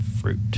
fruit